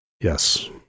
Yes